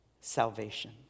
salvation